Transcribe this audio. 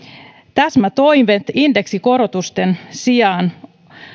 täsmätoimet indeksikorotusten sijaan